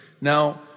Now